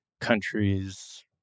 countries